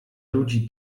ludzi